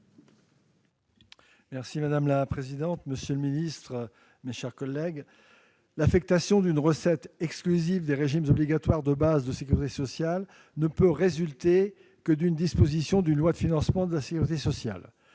est ainsi libellé : La parole est à M. Yves Daudigny. L'affectation d'une recette exclusive des régimes obligatoires de base de sécurité sociale ne peut résulter que d'une disposition d'une loi de financement de la sécurité sociale.